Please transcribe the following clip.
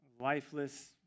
lifeless